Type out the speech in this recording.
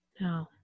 No